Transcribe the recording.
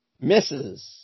Misses